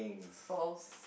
false